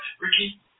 Ricky